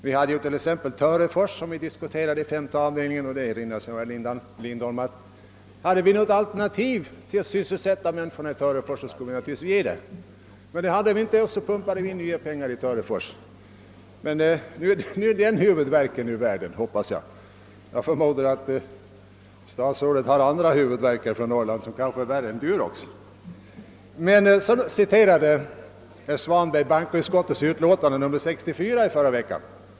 Vi hade t.ex. Törefors som vi diskuterade i femte avdelningen. Det erinrar sig säkert herr Lindholm. Hade vi haft något alternativ till att sysselsätta människorna i Törefors, skulle vi naturligtvis ha lagt fram det. Men det hade vi inte, och så pumpade vi enhälligt in nya pengar i Törefors. Men nu är den huvudvärken ur världen, hoppas jag. Jag förmodar att statsrådet i dag har andra slag av huvudvärk som kanske är värre än Durox. Sedan citerade herr Svanberg bankoutskottets utlåtande nr 64 i förra veckan.